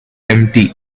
empty